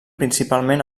principalment